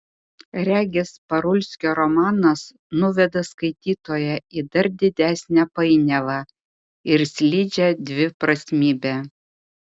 regis parulskio romanas nuveda skaitytoją į dar didesnę painiavą ir slidžią dviprasmybę